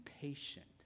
patient